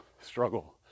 struggle